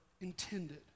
intended